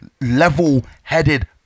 level-headed